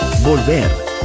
volver